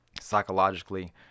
psychologically